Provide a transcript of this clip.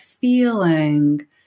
feeling